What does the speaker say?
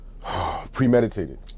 premeditated